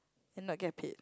and not get paid